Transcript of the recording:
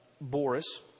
Boris